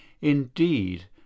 Indeed